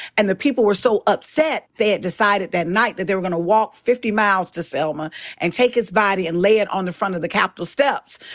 and the people were so upset they had decided that night that they were gonna walk fifty miles to selma and take his body and lay it on the front of the capitol steps.